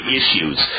issues